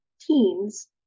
teens